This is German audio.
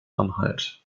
anhalt